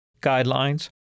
guidelines